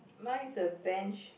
mine is a bench